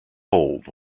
hold